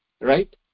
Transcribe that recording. right